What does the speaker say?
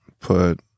put